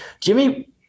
Jimmy